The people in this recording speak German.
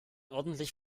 ordentlich